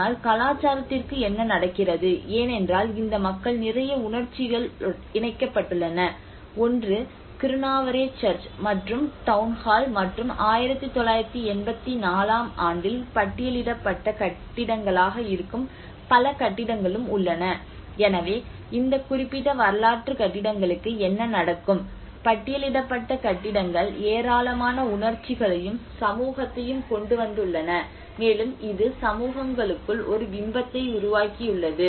ஆனால் கலாச்சாரத்திற்கு என்ன நடக்கிறது ஏனென்றால் இந்த மக்களால் நிறைய உணர்ச்சிகள் இணைக்கப்பட்டுள்ளன ஒன்று கிருணாவரே சர்ச் மற்றும் டவுன்ஹால் மற்றும் 1984 ஆம் ஆண்டில் பட்டியலிடப்பட்ட கட்டிடங்களாக இருக்கும் பல கட்டிடங்களும் உள்ளன எனவே இந்த குறிப்பிட்ட வரலாற்று கட்டிடங்களுக்கு என்ன நடக்கும் பட்டியலிடப்பட்ட கட்டிடங்கள் ஏராளமான உணர்ச்சிகளையும் சமூகத்தையும் கொண்டு வந்துள்ளன மேலும் இது சமூகங்களுக்குள் ஒரு பிம்பத்தை உருவாக்கியுள்ளது